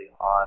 on